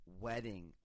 wedding